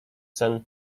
sen